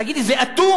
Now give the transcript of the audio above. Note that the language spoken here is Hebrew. תגיד לי, זה אטום?